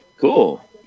cool